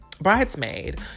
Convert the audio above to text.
Bridesmaid